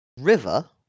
river